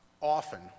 often